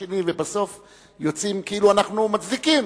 השני ובסוף יוצאים כאילו אנחנו מצדיקים,